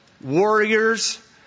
warriors